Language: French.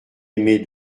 aimée